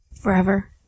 forever